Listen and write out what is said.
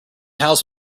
house